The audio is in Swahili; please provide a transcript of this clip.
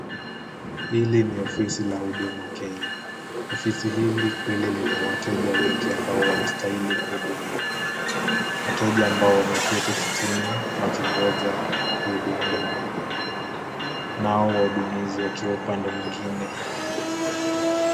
Hili ni ofisi la Huduma Kenya. Ofisi hili kweli lina wateja wengi ambao wanastahili kuhudumiwa. Wateja ambao wameketi kitini wakingoja kuhudumiwa nao wahudumizi wakiwa upande mwingine.